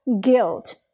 guilt